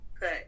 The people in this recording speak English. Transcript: Good